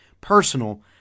personal